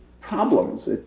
problems